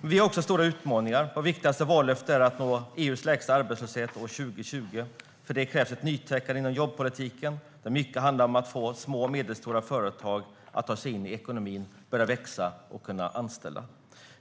Vi har också stora utmaningar. Vårt viktigaste vallöfte är att nå EU:s lägsta arbetslöshet år 2020. För det krävs ett nytänkande inom jobbpolitiken, där mycket handlar om att få små och medelstora företag att ta sig in i ekonomin, börja växa och kunna anställa.